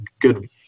good